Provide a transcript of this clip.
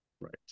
Right